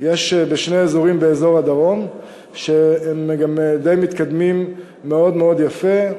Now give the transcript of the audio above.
יש בשני האזורים באזור הדרום שהם גם מתקדמים מאוד יפה.